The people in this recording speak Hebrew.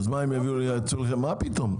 מה פתאום.